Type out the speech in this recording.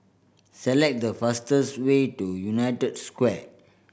select the fastest way to United Square